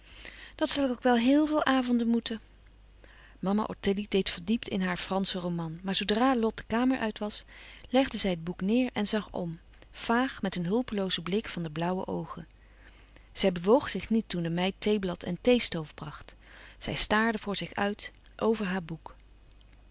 dat zal ik wel heel veel avonden moeten mama ottilie deed verdiept in haar franschen roman maar zoodra lot de kamer uit was legde zij het boek neêr en zag om vaag met een hulpeloozen blik van de blauwe oogen zij bewoog zich niet toen de meid theeblad en theestoof bracht zij staarde voor zich uit over haar boek